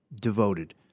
devoted